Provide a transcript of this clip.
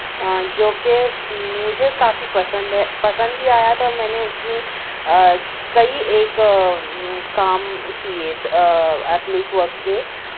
جو کہ مجھے کافی پسند ہے پسند بھی آیا تھا میں نے اس میں کئی ایک کام کیے ایپلک ورک کے